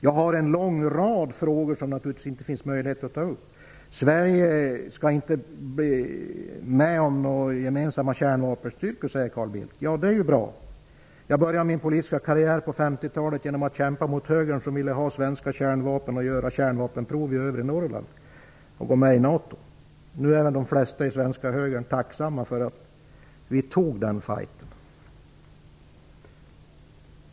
Jag har en lång rad frågor som det naturligtvis inte finns möjlighet att nu ta upp. Sverige skall inte vara med i några gemensamma kärnvapenstyrkor, säger Carl Bildt. Det är bra. Jag började min politiska karriär på 50-talet genom att kämpa mot högern som ville ha svenska kärnvapen, göra kärnvapenprov i övre Norrland och vara med i NATO. Nu är de flesta i svenska högern tacksamma för att vi tog den fighten.